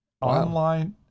Online